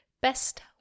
best